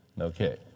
Okay